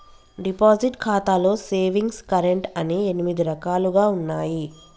deposit ఖాతాలో savings current అని ఎనిమిది రకాలుగా ఉన్నయి